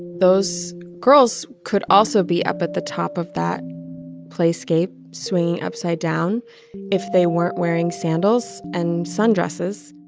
those girls could also be up at the top of that playscape swinging upside down if they weren't wearing sandals and sundresses